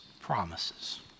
promises